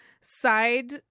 side